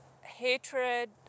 hatred